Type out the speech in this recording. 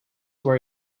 were